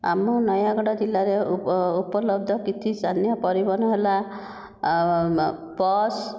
ଆମ ନୟାଗଡ଼ ଜିଲ୍ଲା ର ଉପଲବ୍ଧ କିଛି ସ୍ଥାନୀୟ ପରିବହନ ହେଲା ବସ୍